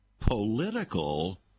political